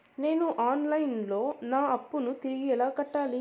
నేను online లో నా అప్పును తిరిగి ఎలా కట్టాలి?